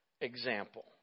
example